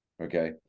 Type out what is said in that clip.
Okay